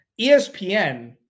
ESPN